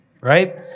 right